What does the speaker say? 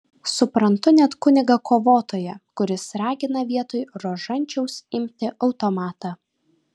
suprantu net kunigą kovotoją kuris ragina vietoj rožančiaus imti automatą